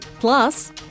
Plus